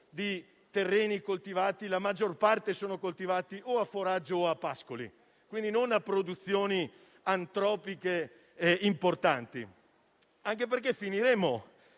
di terreni coltivati, la maggior parte è coltivata a foraggio o a pascoli, quindi non a produzioni antropiche importanti. Finiremo